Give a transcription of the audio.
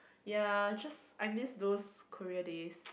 ya just I miss those Korea days